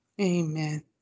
Amen